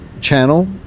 channel